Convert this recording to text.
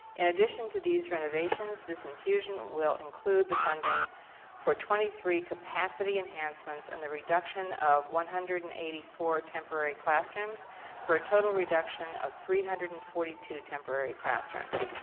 in addition to these renovations, this infusion will include the funding for twenty three capacity enhancements and the reduction of one hundred and eighty four temporary classrooms for a total reduction of three hundred and forty two temporary classrooms.